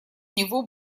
него